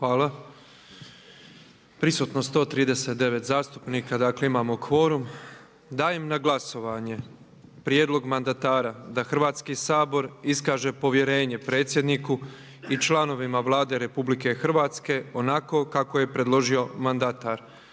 Hvala. Prisutno 139 zastupnika. Dakle imamo kvorum. Dajem na glasovanje prijedlog mandatara da Hrvatski sabor iskaže povjerenje predsjedniku i članovima Vlade RH onako kako je predložio mandatar.